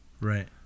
Right